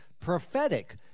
prophetic